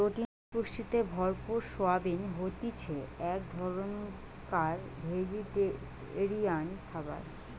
protein পুষ্টিতে ভরপুর soybean হতিছে এক ধরণকার ভেজিটেরিয়ান খাবার